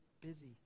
busy